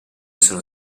sono